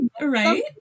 right